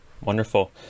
wonderful